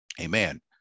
amen